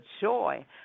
joy